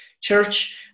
Church